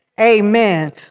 Amen